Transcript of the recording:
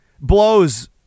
blows